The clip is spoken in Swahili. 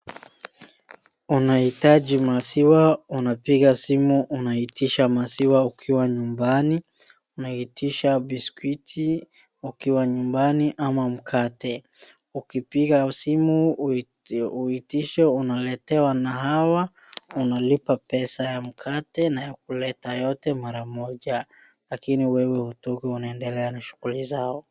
Unahitaji maziwa ,unapiga simu unahitaji maziwa ukiwa nyumbani . Unaihitisha biskuti ukiwa nyumbani ama mkate .Ukipiga simu uitishe unaletewa na hawa unalipa pesa ya mkate na ya kuleta yote mara moja lakini wewe unaendelea na shughuli zao.